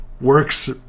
works